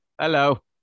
Hello